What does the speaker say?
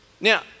Now